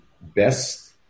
best